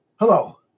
Hello